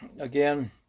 again